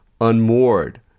unmoored